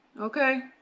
Okay